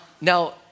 Now